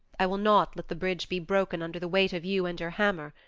i will not let the bridge be broken under the weight of you and your hammer.